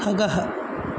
खगः